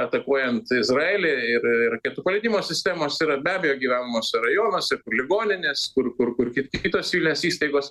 atakuojant izraelį ir raketų paleidimo sistemos yra be abejo gyvenamuose rajonuose ligoninės kur kur kur kaip tik kitos civilinės įstaigos